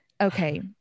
okay